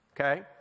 Okay